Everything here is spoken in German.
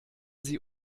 sie